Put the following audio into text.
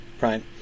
right